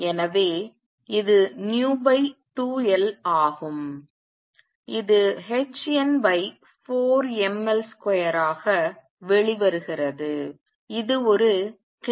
எனவே இது v2L ஆகும் இது hn4mL2 ஆக வெளிவருகிறது இது ஒரு கிளாசிக்கல் அதிர்வெண்